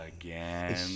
Again